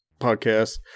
podcast